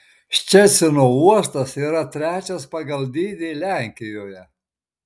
ščecino uostas yra trečias pagal dydį lenkijoje